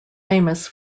famous